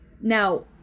Now